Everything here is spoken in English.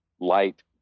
light